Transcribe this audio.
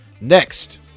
next